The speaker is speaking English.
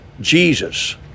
Jesus